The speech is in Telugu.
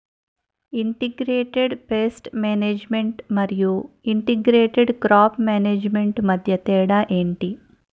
ఇంటిగ్రేటెడ్ పేస్ట్ మేనేజ్మెంట్ మరియు ఇంటిగ్రేటెడ్ క్రాప్ మేనేజ్మెంట్ మధ్య తేడా ఏంటి